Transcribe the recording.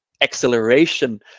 acceleration